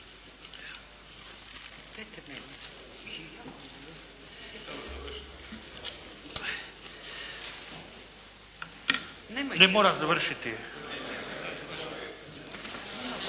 Ne moram završiti?